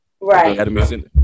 Right